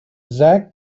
zach